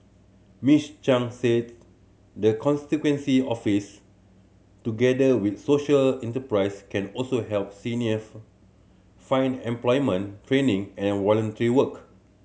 Miss Chan said the constituency office together with social enterprise can also help seniors find employment training and volunteer work